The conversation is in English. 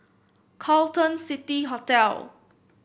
Carlton City Hotel